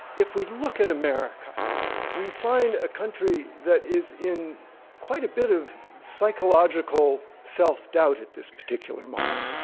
if we look at america we find a country that is in quite a bit of psychological self-doubt at this particular moment.